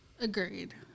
Agreed